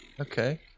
Okay